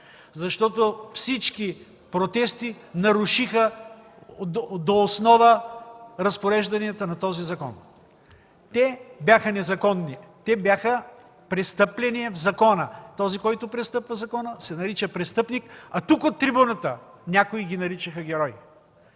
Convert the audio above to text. Защото всички протести нарушиха до основа разпорежданията на този закон. Те бяха незаконни. Те бяха престъпления в закона – този, който престъпва закона, се нарича „престъпник”, а тук от трибуната някои ги наричаха „герои”